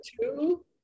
two